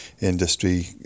industry